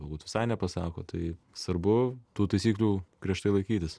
galbūt visai nepasako tai svarbu tų taisyklių griežtai laikytis